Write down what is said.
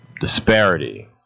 disparity